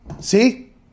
See